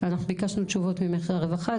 אנחנו ביקשנו תשובות מהרווחה,